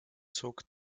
zog